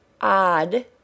Odd